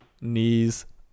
Knees